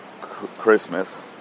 Christmas